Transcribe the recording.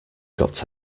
got